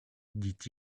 dit